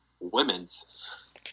women's